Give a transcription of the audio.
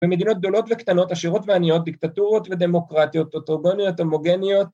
‫במדינות גדולות וקטנות, ‫עשירות ועניות, ‫דיקטטורות ודמוקרטיות, ‫טוטרגוניות, הומוגניות.